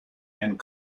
and